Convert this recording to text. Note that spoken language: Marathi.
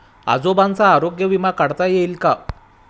आजोबांचा आरोग्य विमा काढता येईल का?